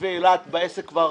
תושבי אילת, כבר